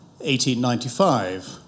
1895